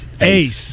Ace